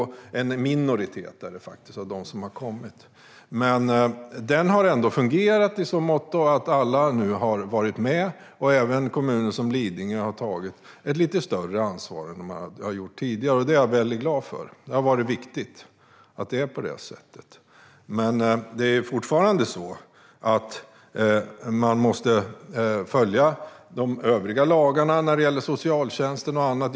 Det är faktiskt en minoritet av dem som har kommit hit. Men anvisningslagen har ändå fungerat i så måtto att alla nu har varit med. Även kommuner som Lidingö har tagit ett lite större ansvar än man har gjort tidigare. Det är jag mycket glad över. Det har varit viktigt att det är på det sättet. Men det är fortfarande så att man måste följa de övriga lagarna när det gäller socialtjänsten och annat.